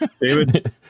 David